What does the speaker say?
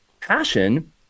passion